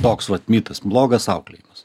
toks vat mitas blogas auklėjimas